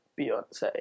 Beyonce